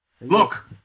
Look